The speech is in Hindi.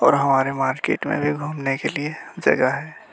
और हमारे मारकेट में भी घूमने के लिए जगह है